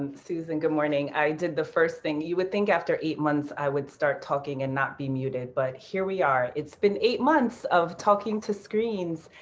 um susan. good morning. i did the first thing, you would think after eight months i would start talking and not be muted. but here we are. it's been eight months of talking to screens